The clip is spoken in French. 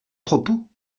propos